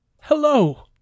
hello